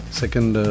second